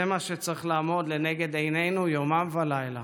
זה מה שצריך לעמוד לנגד עינינו יומם ולילה.